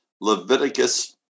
Leviticus